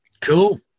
Cool